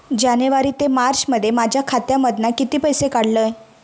जानेवारी ते मार्चमध्ये माझ्या खात्यामधना किती पैसे काढलय?